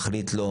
מחליט לו,